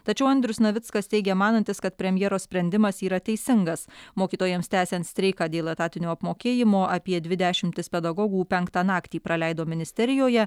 tačiau andrius navickas teigė manantis kad premjero sprendimas yra teisingas mokytojams tęsiant streiką dėl etatinio apmokėjimo apie dvi dešimtys pedagogų penktą naktį praleido ministerijoje